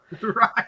Right